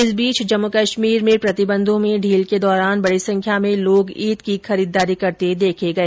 इस बीच जम्मू कश्मीर में प्रतिबंधों में ढील के दौरान बडी संख्या में लोग ईद की खरीदारी करते देखें गए